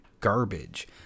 garbage